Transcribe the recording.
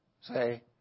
say